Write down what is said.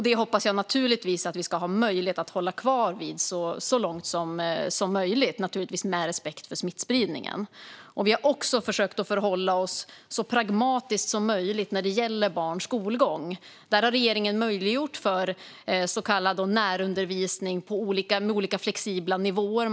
Det hoppas jag att vi ska ha möjlighet att hålla fast vid så långt som möjligt, naturligtvis med respekt för smittspridningen. Vi har också försökt förhålla oss så pragmatiskt som möjligt när det gäller barns skolgång. Där har regeringen möjliggjort för så kallad närundervisning med olika flexibla nivåer.